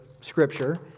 scripture